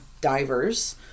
Divers